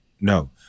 No